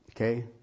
Okay